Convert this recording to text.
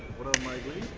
what up mike lee?